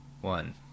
one